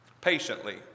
Patiently